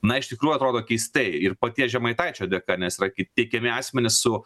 na iš tikrųjų atrodo keistai ir paties žemaitaičio dėka nes yra kiti keli asmenys su